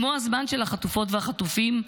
כמו הזמן של החטופות והחטופים,